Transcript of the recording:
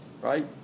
right